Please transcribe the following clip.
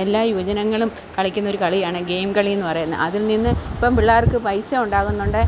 എല്ലാ യുവജനങ്ങളും കളിക്കുന്ന ഒരു കളിയാണ് ഗെയിം കളി എന്ന് പറയുന്നത് അതിൽ നിന്ന് ഇപ്പം പിള്ളാർക്ക് പൈസ ഉണ്ടാകുന്നുണ്ട്